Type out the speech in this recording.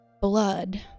blood